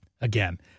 again